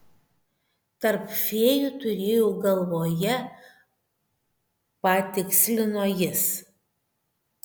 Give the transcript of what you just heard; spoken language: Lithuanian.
tarp fėjų turėjau galvoje patikslino jis